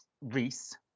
Reese